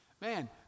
Man